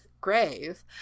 grave